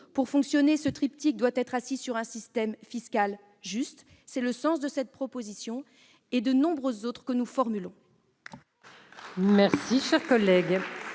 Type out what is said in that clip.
Pour fonctionner, ce triptyque doit être assis sur un système fiscal juste. C'est le sens de cette proposition et des nombreuses autres que nous formulons.